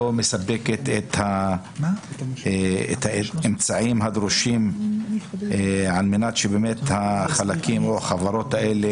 מספקת את האמצעים הדרושים על-מנת שהחלקים או החברות האלה